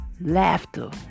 laughter